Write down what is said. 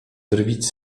drwić